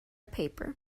paper